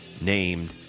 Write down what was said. named